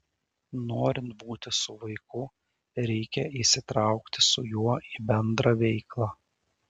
norint būti su vaiku reikia įsitraukti su juo į bendrą veiklą